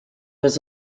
was